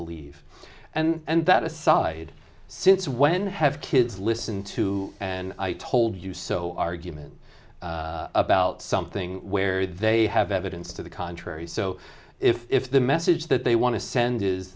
believe and that aside since when have kids listen to and i told you so argument about something where they have evidence to the contrary so if the message that they want to send is